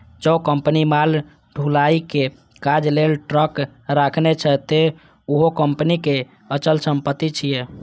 जौं कंपनी माल ढुलाइ के काज लेल ट्रक राखने छै, ते उहो कंपनीक अचल संपत्ति छियै